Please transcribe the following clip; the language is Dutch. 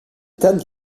tent